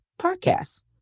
podcasts